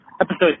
episode